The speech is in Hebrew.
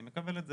אני מקבל את זה,